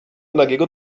nagiego